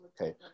okay